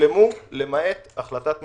הושלמו למעט החלטת ממשלה.